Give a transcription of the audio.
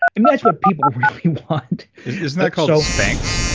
i mean that's what people really want. isn't that called spanx,